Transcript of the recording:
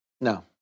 No